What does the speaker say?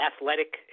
athletic